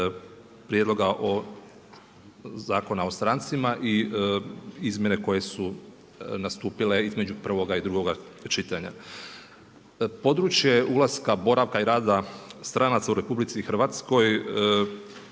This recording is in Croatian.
prijedloga Zakona o strancima i izmjene koje su nastupile između prvoga i drugoga čitanja. Područje ulaska boravka i rada stranca u RH uređeno